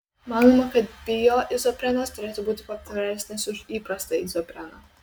manoma kad bioizoprenas turėtų būti patvaresnis už paprastą izopreną